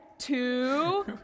two